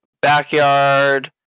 backyard